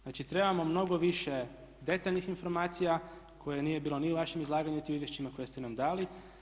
Znači, trebamo mnogo više detaljnih informacija kojih nije bilo ni u vašem izlaganju, niti u izvješćima koje ste nam dali.